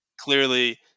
clearly